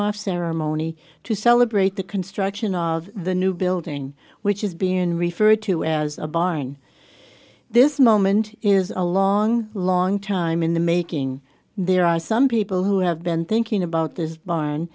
off ceremony to celebrate the construction of the new building which is being referred to as a barn this moment is a long long time in the making there are some people who have been thinking about this barn